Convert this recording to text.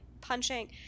punching